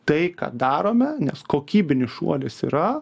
tai ką darome nes kokybinis šuolis yra